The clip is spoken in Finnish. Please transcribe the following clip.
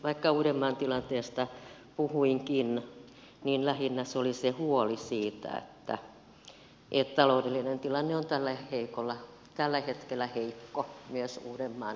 vaikka uudenmaan tilanteesta puhuinkin niin lähinnä se oli se huoli siitä että taloudellinen tilanne on tällä hetkellä heikko myös uudenmaan alueella